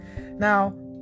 Now